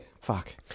fuck